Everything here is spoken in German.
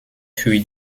für